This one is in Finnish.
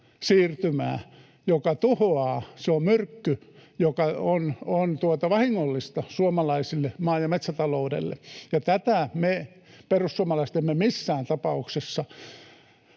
siirtymää, joka tuhoaa. Se on myrkky, joka on vahingollista suomalaiselle maa‑ ja metsätaloudelle, ja tätä me perussuomalaiset emme missään tapauksessa